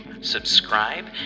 subscribe